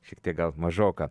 šiek tiek gal mažoka